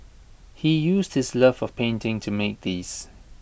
he used his love of painting to make these